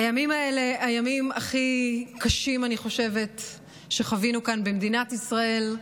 הימים האלה הם הימים הכי קשים שחווינו כאן במדינת ישראל,